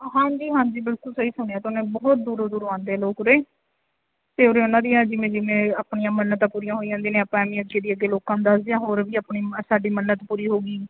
ਹਾਂਜੀ ਹਾਂਜੀ ਬਿਲਕੁਲ ਸਹੀ ਸੁਣਿਆ ਤੁਹ ਨੇ ਬਹੁਤ ਦੂਰੋਂ ਦੂਰੋਂ ਆਉਂਦੇ ਲੋਕ ਉਰੇ ਅਤੇ ਉਰੇ ਉਹਨਾਂ ਦੀਆਂ ਜਿਵੇਂ ਜਿਵੇਂ ਆਪਣੀਆਂ ਮੰਨਤਾਂ ਪੂਰੀਆਂ ਹੋਈ ਜਾਂਦੀਆਂ ਨੇ ਆਪਾਂ ਐਵੇਂ ਅੱਗੇ ਦੀ ਅੱਗੇ ਲੋਕਾਂ ਨੂੰ ਦੱਸਦੇ ਹਾਂ ਹੋਰ ਵੀ ਆਪਣੀ ਸਾਡੀ ਮੰਨਤ ਪੂਰੀ ਹੋਊਗੀ